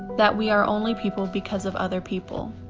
that we are only people because of other people.